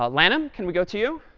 lanham, can we go to you?